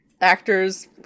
actors